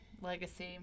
legacy